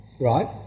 right